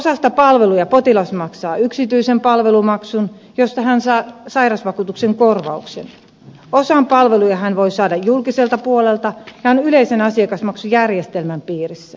osasta palveluja potilas maksaa yksityisen palvelumaksun josta hän saa sairausvakuutuksen korvauksen osan palveluja hän voi saada julkiselta puolelta ja on yleisen asiakasmaksujärjestelmän piirissä